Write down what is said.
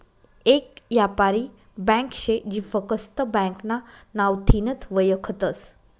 येक यापारी ब्यांक शे जी फकस्त ब्यांकना नावथीनच वयखतस